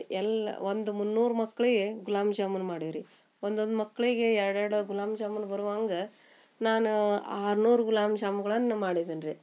ಎಲ್ಲ ಒಂದು ಮುನ್ನೂರು ಮಕ್ಕಳಿಗೆ ಗುಲಾಬ್ ಜಾಮೂನ್ ಮಾಡಿವಿ ರೀ ಒಂದೊಂದು ಮಕ್ಕಳಿಗೆ ಎರಡು ಎರಡು ಗುಲಾಬ್ ಜಾಮೂನ್ ಬರುವಂಗೆ ನಾನು ಆರು ನೂರು ಗುಲಾಬ್ ಜಾಮ್ಗಳನ್ನು ಮಾಡಿದ್ದೀನಿ ರೀ